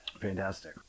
Fantastic